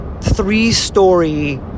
three-story